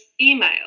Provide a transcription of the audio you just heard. email